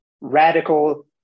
radical